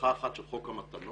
ממלכה אחת של חוק המתנות,